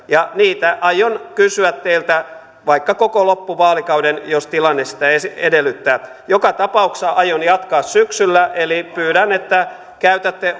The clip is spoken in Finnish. ja niitä aion kysyä teiltä vaikka koko loppuvaalikauden jos tilanne sitä edellyttää joka tapauksessa aion jatkaa syksyllä eli pyydän että käytätte